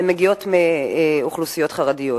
מגיעות מאוכלוסיות חרדיות.